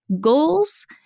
goals